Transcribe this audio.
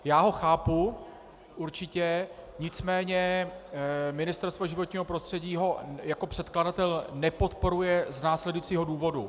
Já ho chápu, určitě, nicméně Ministerstvo životního prostředí ho jako předkladatel nepodporuje z následujícího důvodu.